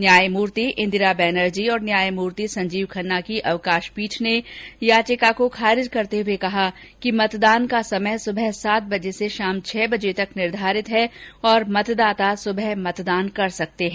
न्यायमूर्ति इंदिरा बैनर्जी और न्यायमूर्ति संजीव खन्ना की अवकाश पीठ ने याचिका को खारिज करते हुए कहा कि मतदान का समय सुबह सात बजे से शाम छह बजे तक निर्धारित है और मतदाता सुबह मतदान कर सकते हैं